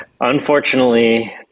Unfortunately